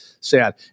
sad